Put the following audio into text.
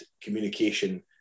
communication